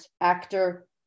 actor